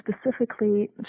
specifically